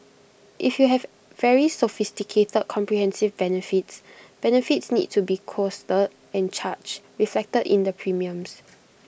if you have very sophisticated the comprehensive benefits benefits need to be costed and charged reflected in the premiums